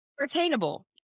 attainable